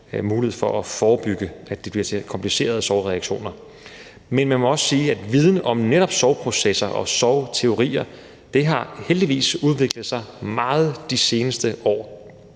mulighed for at forebygge, at det bliver til komplicerede sorgreaktioner. Men man må også sige, at viden om netop sorgprocesser og sorgteorier heldigvis har udviklet sig meget de seneste år,